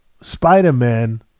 Spider-Man